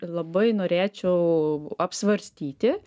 labai norėčiau apsvarstyti